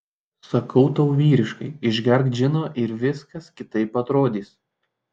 sakau tau vyriškai išgerk džino ir viskas kitaip atrodys